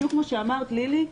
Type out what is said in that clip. בדיוק מה שלילי אמרה,